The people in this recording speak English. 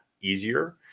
easier